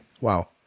Wow